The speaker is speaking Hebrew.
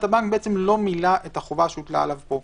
שהבנק לא מילא את החובה שהוטלה עליו פה.